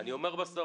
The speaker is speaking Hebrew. אני אומר בסוף,